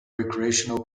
recreational